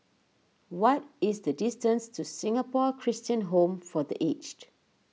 what is the distance to Singapore Christian Home for the Aged